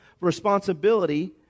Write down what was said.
responsibility